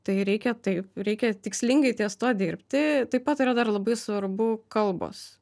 tai reikia taip reikia tikslingai ties tuo dirbti taip pat yra dar labai svarbu kalbos